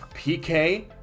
PK